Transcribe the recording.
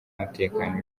umutekano